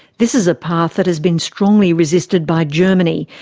this is a path that has been strongly resisted by germany,